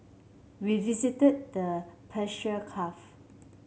we visited the Persian Gulf